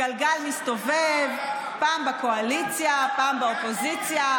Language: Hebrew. הגלגל מסתובב, פעם בקואליציה, פעם באופוזיציה.